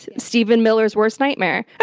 stephen miller's worst nightmare.